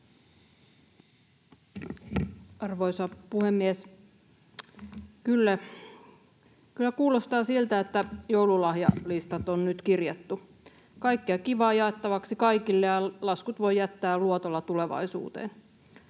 Arvoisa puhemies! Kyllä, kyllä kuulostaa siltä, että joululahjalistat on nyt kirjattu. Kaikkea kivaa jaettavaksi kaikille, ja laskut voi jättää luotolla tulevaisuuteen.